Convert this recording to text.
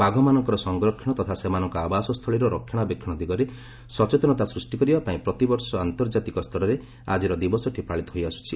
ବାଘମାନଙ୍କର ସଂରକ୍ଷଣ ତଥା ସେମାନଙ୍କ ଆବାସ ସ୍ଥଳୀର ରକ୍ଷଣାବେକ୍ଷଣ ଦିଗରେ ସଚେତନତା ସୃଷ୍ଟି କରିବା ପାଇଁ ପ୍ରତିବର୍ଷ ଆନ୍ତର୍ଜାତିକ ସ୍ତରରେ ଆଜିର ଦିବସଟି ପାଳିତ ହୋଇ ଆସୁଛି